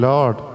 Lord